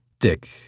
Dick